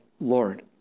Lord